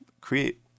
create